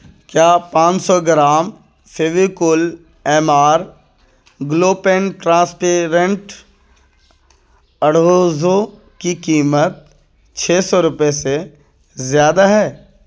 کیا پانچ سو gram Fevicol M R glue pen transparent اڑھوزو کی قیمت چھ سو روپئے سے زیادہ ہے